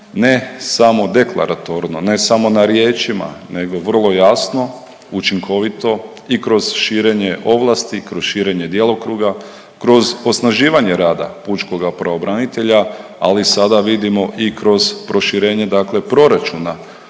ne samo deklaratorno, ne samo na riječima nego vrlo jasno, učinkovito i kroz širenje ovlasti, kroz širenje djelokruga, kroz osnaživanje rada pučkoga pravobranitelja, ali sada vidimo i kroz proširenje dakle proračuna